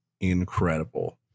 incredible